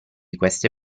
queste